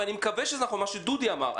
מה שדודי שוקף אמר,